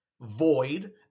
void